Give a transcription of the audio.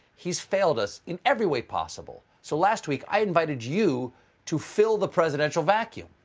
he's failed us in every way possible. so last week, i invited you to fill the presidential vacuum.